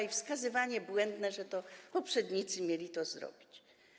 I wskazywanie błędne, że to poprzednicy mieli to zrobić.